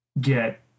get